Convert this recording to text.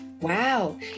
Wow